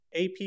AP